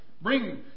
bring